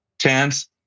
chance